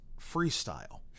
freestyle